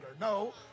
No